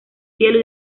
cielo